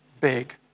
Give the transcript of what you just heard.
big